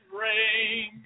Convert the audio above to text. rain